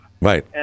Right